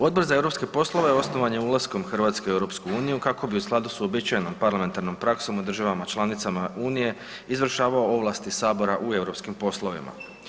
Odbor za europske poslove osnovan je ulaskom Hrvatske u EU kako bi u skladu sa uobičajenom parlamentarnom praksom u državama članicama Unije, izvršavao ovlasti Sabora u europskim poslovima.